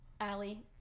Allie